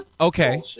Okay